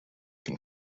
can